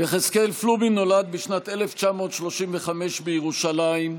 יחזקאל פלומין נולד בשנת 1935 בירושלים,